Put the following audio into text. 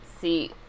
See